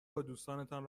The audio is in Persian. بادوستانتان